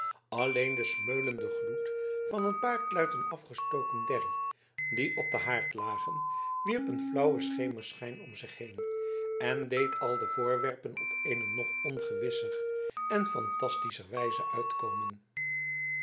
alleen de smeulende gloed van een paar kluiten afgestoken derrie die op den haard lagen wierp een flauwen schemerschijn om zich heen en deed al de voorwerpen op eene nog ongewisser en fantastischer wijze uitkomen